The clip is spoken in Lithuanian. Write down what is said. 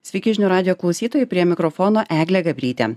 sveiki žinių radijo klausytojai prie mikrofono eglė gabrytė